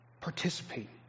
participate